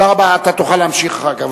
אתה תוכל להמשיך אחר כך.